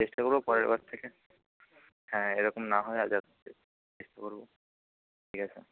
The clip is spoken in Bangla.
চেষ্টা করব পরের বার থেকে হ্যাঁ এরকম না হয় করব ঠিক আছে